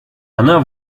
она